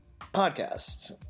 podcast